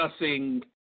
discussing